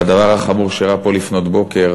לדבר החמור שאירע פה לפנות בוקר